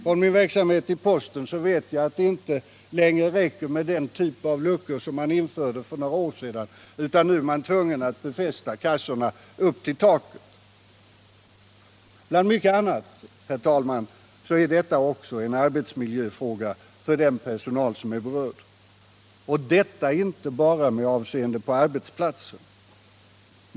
Jag har fått veta att det inte längre räcker med den typ av diskar som man införde för några år sedan, utan att man nu är tvungen att befästa kassorna upp till taket. Bland mycket annat är detta också en arbetsmiljöfråga för den personal som är berörd — detta inte bara med avseende på arbetsplatsen.